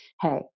Hey